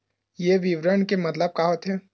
ये विवरण के मतलब का होथे?